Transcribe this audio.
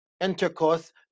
intercourse